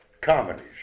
comedies